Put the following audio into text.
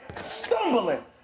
stumbling